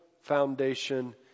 foundation